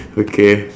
okay